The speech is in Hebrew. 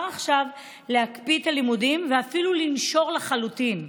עכשיו להקפיא את הלימודים ואפילו לנשור לחלוטין.